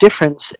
difference